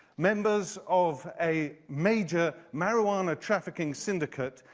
members of a major marijuana trafficking syndicate,